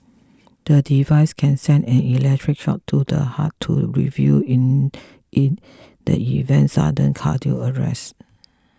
the device can send an electric shock to the heart to revive it in the event of sudden cardiac arrest